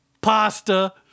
pasta